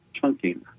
chunking